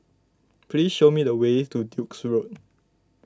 please show me the way to Duke's Road